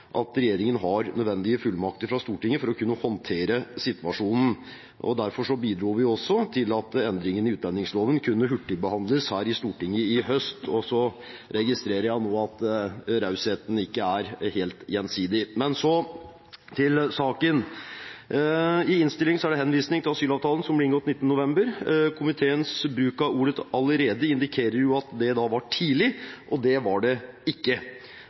at regjeringen har nødvendige fullmakter fra Stortinget for å kunne håndtere situasjonen. Derfor bidro vi også til at endringen i utlendingsloven kunne hurtigbehandles her i Stortinget i høst. Jeg registrerer nå at rausheten ikke er helt gjensidig. Så til saken. I innstillingen er det henvisning til asylavtalen som ble inngått 19. november. Komiteens bruk av ordet «allerede» indikerer at det var tidlig, og det var det ikke.